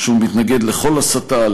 שהוא מתנגד לכל הסתה,